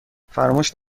فراموش